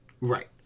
Right